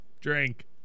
Drink